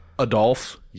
Adolf